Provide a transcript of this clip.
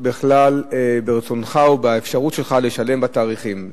בכלל ברצונך או באפשרות שלך לשלם בתאריכים.